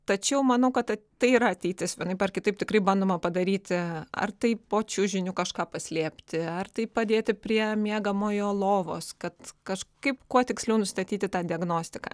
tačiau manau kad tai yra ateitis vienaip ar kitaip tikrai bandoma padaryti ar tai po čiužiniu kažką paslėpti ar tai padėti prie miegamojo lovos kad kažkaip kuo tiksliau nustatyti tą diagnostiką